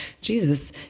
Jesus